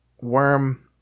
Worm